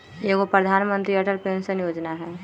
एगो प्रधानमंत्री अटल पेंसन योजना है?